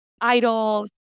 idols